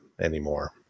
anymore